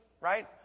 right